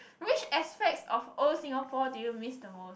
which aspects of old Singapore do you miss the most